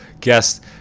guest